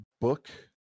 book